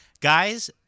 guys